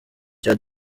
cya